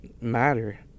matter